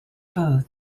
both